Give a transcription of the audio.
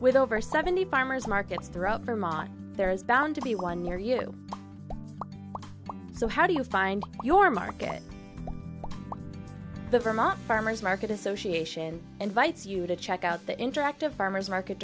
with over seventy farmers markets throughout vermont there is bound to be one near you so how do you find your market the vermont farmer's market association invites you to check out the interactive farmer's market